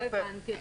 לא הבנתי.